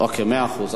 מאה אחוז.